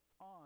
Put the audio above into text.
on